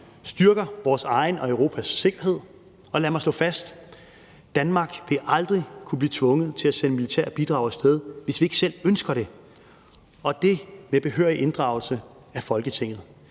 styrker vores egen og Europas sikkerhed, og lad mig slå fast: Danmark vil aldrig kunne blive tvunget til at sende militære bidrag af sted, hvis vi ikke selv ønsker det, og det med behørig inddragelse af Folketinget.